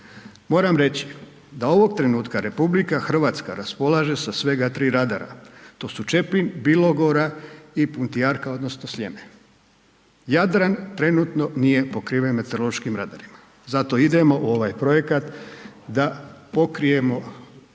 Moram reći da ovog trenutka RH raspolaže sa svega 3 radara, to su Čepin, Bilogora i Puntijarka odnosno Sljeme. Jadran trenutno nije pokriven meteorološkim radarima, zato idemo u ovaj projekat da pokrijemo cijeli